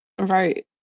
right